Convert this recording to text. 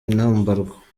inambarwa